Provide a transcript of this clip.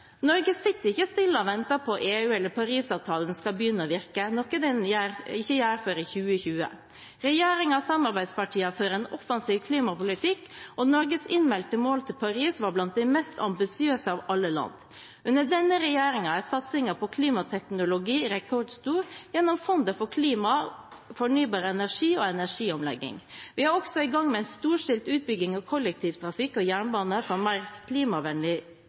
Norge sitter ikke stille og venter på EU eller at Paris-avtalen skal begynne å virke, noe den ikke gjør før i 2020. Regjeringen og samarbeidspartiene fører en offensiv klimapolitikk. Norges innmeldte mål til Paris var blant de mest ambisiøse av alle lands mål. Under denne regjeringen er satsingen på klimateknologi rekordstor gjennom Fondet for klima, fornybar energi og energiomlegging. Vi er også i gang med en storstilt utbygging av kollektivtrafikk og jernbane for en mer klimavennlig